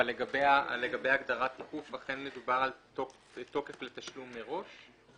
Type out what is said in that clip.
אבל לגבי ההגדרה "תיקוף כרטיס" אכן מדובר על תוקף לתשלום מראש?